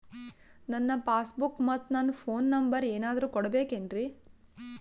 ನನ್ನ passbook ಮತ್ ನನ್ನ ಫೋನ್ ನಂಬರ್ ಏನಾದ್ರು ಕೊಡಬೇಕೆನ್ರಿ?